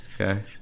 okay